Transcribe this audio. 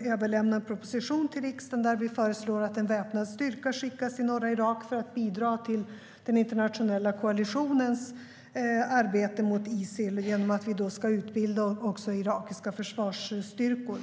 överlämna en proposition till riksdagen där vi föreslår att en väpnad styrka skickas till norra Irak för att bidra till den internationella koalitionens arbete mot Isil genom att då också utbilda irakiska försvarsstyrkor.